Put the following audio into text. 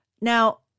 Now